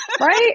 Right